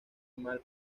mal